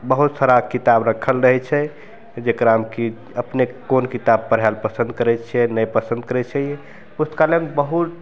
बहुत सारा किताब रखल रहय छै जकरामे कि अपने कोन किताब पढ़य लए पसन्द करय छियै नहि पसन्द करय छियै पुस्तकालयमे बहुत